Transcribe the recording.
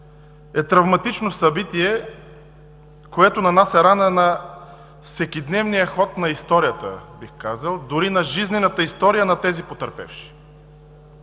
е травматично събитие, което нанася рана на всекидневния ход на историята, бих казал, дори на жизнената история на тези потърпевши.